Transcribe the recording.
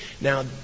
Now